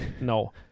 No